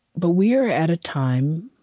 but we are at a time,